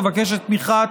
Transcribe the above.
אבקש את תמיכת